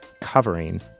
covering